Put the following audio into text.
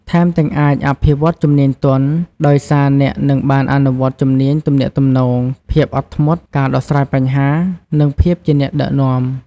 ថែមទាំងអាចអភិវឌ្ឍជំនាញទន់ ដោយសារអ្នកនឹងបានអនុវត្តជំនាញទំនាក់ទំនង ភាពអត់ធ្មត់ ការដោះស្រាយបញ្ហា និងភាពជាអ្នកដឹកនាំ។